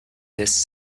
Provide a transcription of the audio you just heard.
this